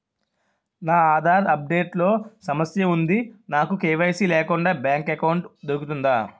నా Aadhaar update లో సమస్య వుంది నాకు కే.వై.సీ లేకుండా బ్యాంక్ ఎకౌంట్దొ రుకుతుందా?